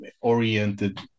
oriented